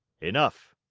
enough.